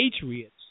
Patriots